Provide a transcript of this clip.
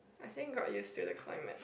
I think got use to the climate